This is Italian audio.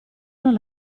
non